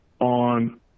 on